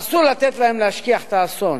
אסור לתת להם להשכיח את האסון,